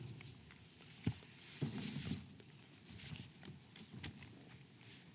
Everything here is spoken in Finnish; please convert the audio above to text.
Kiitos